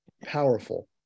powerful